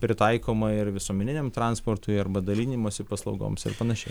pritaikoma ir visuomeniniam transportui arba dalinimosi paslaugoms ir panašiai